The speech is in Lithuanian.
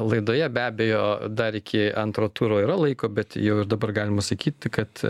laidoje be abejo dar iki antro turo yra laiko bet jau ir dabar galima sakyti kad